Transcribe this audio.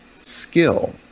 skill